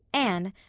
anne,